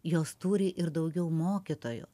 jos turi ir daugiau mokytojų